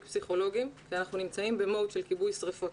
פסיכולוגים ואנחנו נמצאים בכיבוי שריפות.